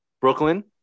Brooklyn